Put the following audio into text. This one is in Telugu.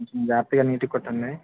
కొంచెం జాగ్రత్తగా నీట్గా కుట్టండి